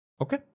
Okay